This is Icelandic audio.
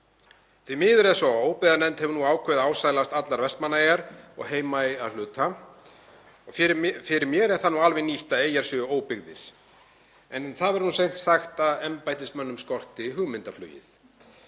Því miður er það svo að óbyggðanefnd hefur nú ákveðið að ásælast allar Vestmannaeyjar og Heimaey að hluta. Fyrir mér er það alveg nýtt að Eyjar séu óbyggðir. En það verður seint sagt að embættismenn skorti hugmyndaflugið.